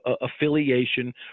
affiliation